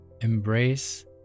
Embrace